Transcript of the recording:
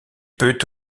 peut